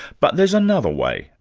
but there's another way,